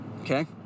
okay